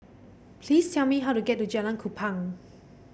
please tell me how to get to Jalan Kupang